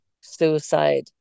suicide